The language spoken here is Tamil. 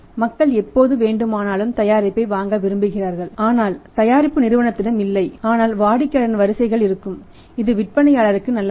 மக்கள் எப்போது வேண்டுமானாலும் தயாரிப்பை வாங்க விரும்புகிறார்கள் ஆனால் தயாரிப்பு நிறுவனத்திடம் இல்லை ஆனால் வாடிக்கையாளரின் வரிசைகள் இருக்கும் இது விற்பனையாளருக்கும் நல்லதல்ல